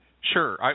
Sure